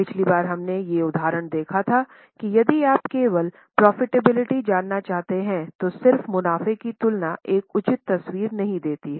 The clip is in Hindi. पिछली बार हमने ये उदाहरण देखा था कि यदि आप केवल प्रोफिटेबिलिटी जानना चाहते हैं तो सिर्फ मुनाफ़े की तुलना एक उचित तस्वीर नहीं देती है